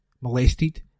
molested